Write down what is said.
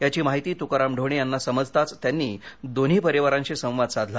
याची माहिती तुकाराम ढोणे यांना समजताच त्यांनी दोन्ही परिवारांशी संवाद साधला